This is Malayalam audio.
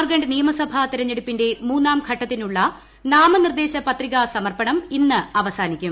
ജാർഖണ്ഡ് നിയമസഭാ് തിരഞ്ഞെടുപ്പിന്റെ മൂന്നാം ഘട്ടത്തിനുള്ള ന് നാമനിർദ്ദേശ പത്രികാ സമർപ്പണം ഇന്ന് അവസാനിക്കും